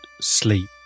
sleep